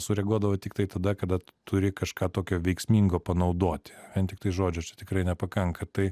sureaguodavo tiktai tada kada turi kažką tokio veiksmingo panaudoti vien tiktai žodžio čia tikrai nepakanka tai